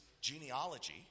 genealogy